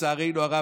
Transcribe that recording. ולצערנו הרב,